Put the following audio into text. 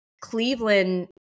Cleveland